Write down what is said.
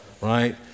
right